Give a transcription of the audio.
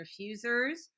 diffusers